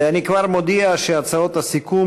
מס' 3805. אני כבר מודיע שהצעת הסיכום,